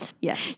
Yes